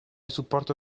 supporto